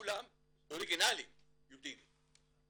וכולם אורגינליים יהודים.